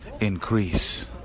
increase